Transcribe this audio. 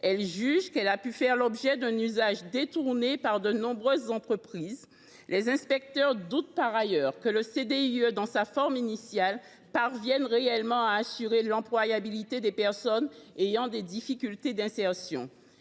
Elle estime qu’il a pu faire l’objet d’un usage détourné par de nombreuses entreprises. Les inspecteurs généraux doutent par ailleurs que le CDIE, dans sa forme initiale, parvienne réellement à assurer « l’employabilité de personnes ayant des difficultés d’insertion